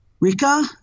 Rika